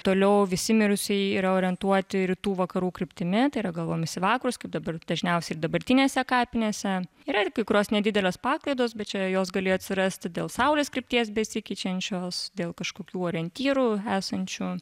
toliau visi mirusieji yra orientuoti rytų vakarų kryptimi tai yra galvomis į vakarus kaip dabar dažniausiai ir dabartinėse kapinėse yra ir kai kurios nedidelės paklaidos bet čia jos galėjo atsirasti dėl saulės krypties besikeičiančios dėl kažkokių orientyrų esančių